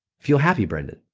feel happy brendon